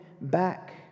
back